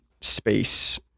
space